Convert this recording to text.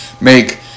make